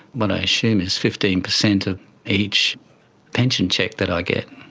what i assume is fifteen percent of each pension cheque that i get.